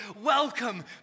welcome